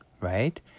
right